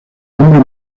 hombre